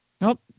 Nope